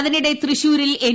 അതിനിടെ തൃശ്ശൂരിൽ എൻ